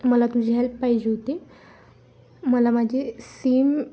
मला तुझी हेल्प पाहिजे होती मला माझी सीम